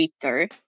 Twitter